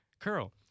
curl